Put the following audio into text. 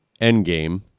Endgame